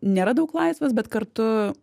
nėra daug laisvės bet kartu